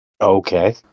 Okay